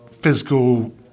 physical